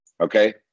Okay